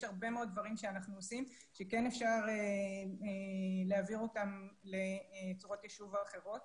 הרבה מאוד דברים שאנחנו עושים שכן אפשר להעביר אותם לצורות היישוב האחרות